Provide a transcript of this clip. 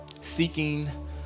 seeking